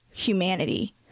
humanity